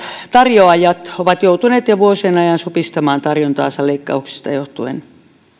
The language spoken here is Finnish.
tarjoajat ovat joutuneet jo vuosien ajan supistamaan tarjontaansa leikkauksista johtuen